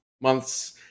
months